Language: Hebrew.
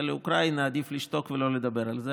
לאוקראינה עדיף לשתוק ולא לדבר על זה,